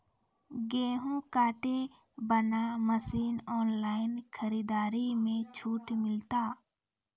गेहूँ काटे बना मसीन ऑनलाइन खरीदारी मे छूट मिलता?